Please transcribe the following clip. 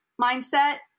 mindset